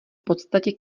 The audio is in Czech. podstatě